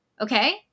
Okay